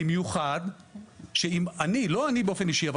במיוחד שאם אני לא אני באופן אישי אבל